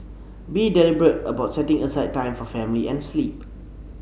be deliberate about setting aside time for family and sleep